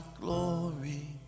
glory